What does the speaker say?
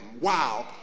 Wow